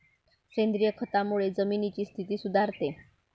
सेंद्रिय खतामुळे जमिनीची स्थिती सुधारते